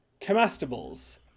Comestibles